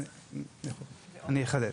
אני אחדד.